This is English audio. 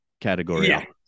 category